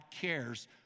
cares